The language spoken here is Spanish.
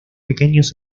pequeños